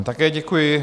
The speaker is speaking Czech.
Také děkuji.